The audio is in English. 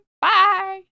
Bye